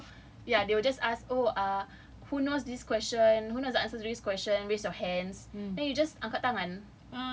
okay so they will just ask oh ah who knows this question who knows the answer to this question raise your hands then you just angkat tangan